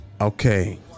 Okay